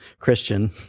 Christian